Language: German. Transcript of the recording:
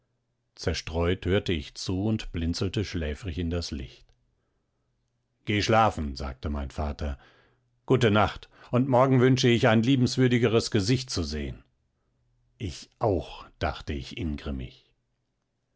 zerstreut hörte ich zu und blinzelte schläfrig in das licht geh schlafen sagte mein vater gute nacht und morgen wünsche ich ein liebenswürdigeres gesicht zu sehen ich auch dachte ich ingrimmig